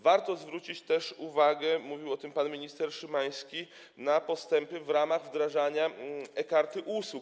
Warto zwrócić też uwagę - mówił o tym pan minister Szymański - na postępy w ramach wdrażania e-karty usług.